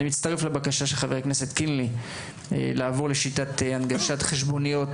אני מצטרף לבקשה של חבר הכנסת קינלי לעבור לשיטת הנגשת חשבוניות,